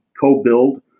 co-build